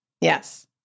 Yes